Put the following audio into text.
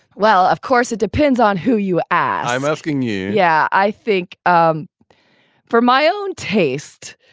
well, of course, it depends on who you ask. i'm asking you. yeah, i think um for my own taste,